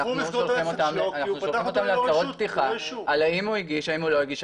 אנחנו שולחים אותם להצהרות פתיחה על האם הוא הגיש או לא הגיש,